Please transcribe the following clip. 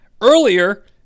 Earlier